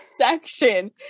section